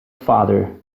father